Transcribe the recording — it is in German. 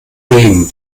regen